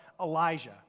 Elijah